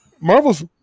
Marvel's